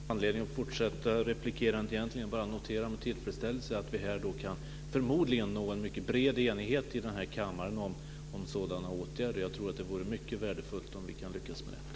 Fru talman! Jag har egentligen ingen anledning att fortsätta replikerandet. Jag noterar bara med tillfredsställelse att vi förmodligen kan nå en mycket bred enighet i denna kammare om sådana åtgärder. Jag tror att det vore mycket värdefullt om vi kunde lyckas med det.